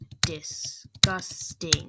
disgusting